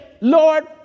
Lord